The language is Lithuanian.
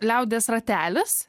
liaudies ratelis